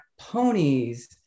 ponies